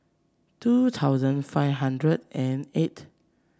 two thousand five hundred and eight